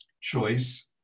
choice